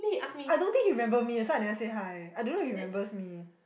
I don't think he remember me that's why I never say hi I don't know he remembers me